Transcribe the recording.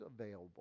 available